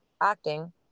acting